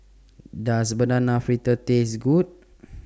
Does Banana Fritters Taste Good